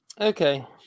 Okay